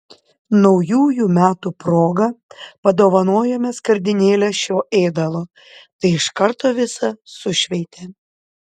naujųjų metų proga padovanojome skardinėlę šio ėdalo tai iš karto visą sušveitė